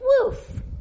woof